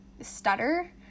stutter